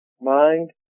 mind